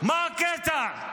מה הקטע?